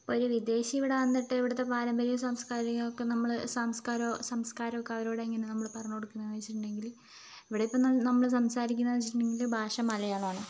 ഒരു വിദേശി ഇവിടെ വന്നിട്ട് ഇവിടുത്തെ പാരമ്പര്യവും സാംസ്കാരികവും ഒക്കെ നമ്മൾ സംസ്കാരമൊക്കെ അവരോട് എങ്ങനെ നമ്മൾ പറഞ്ഞു കൊടുക്കുന്നത് എന്നു വച്ചിട്ടുണ്ടെങ്കിൽ ഇവിടെയിപ്പം നമ്മൾ സംസാരിക്കുന്നത് എന്നു വച്ചിട്ടുണ്ടെങ്കിൽ ഭാഷ മലയാളമാണ്